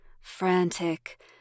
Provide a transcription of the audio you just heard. Frantic